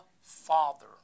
Father